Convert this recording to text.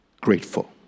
grateful